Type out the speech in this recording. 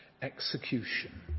Execution